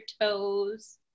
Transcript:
toes